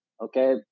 Okay